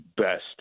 best